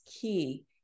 key